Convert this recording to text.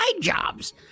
jobs